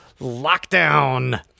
lockdown